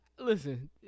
Listen